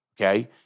Okay